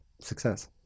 success